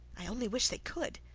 i only wish they could!